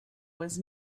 was